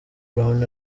brown